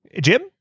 Jim